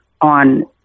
on